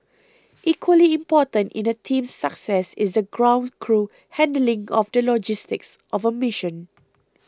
equally important in a team's success is the ground crew handling of the logistics of a mission